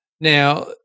now